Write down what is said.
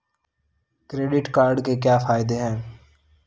Credit card के क्या फायदे हैं?